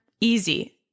Easy